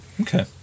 Okay